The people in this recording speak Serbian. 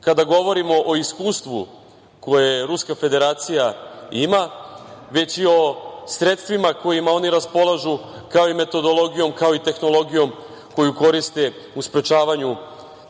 kada govorimo o iskustvu koje Ruska Federacija ima, već i o sredstvima kojima oni raspolažu, kao i metodologijom, kao i tehnologijom koju koriste u sprečavanju